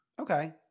Okay